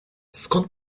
skąd